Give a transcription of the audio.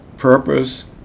purpose